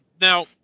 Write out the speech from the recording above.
Now